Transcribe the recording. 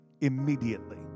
Immediately